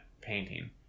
painting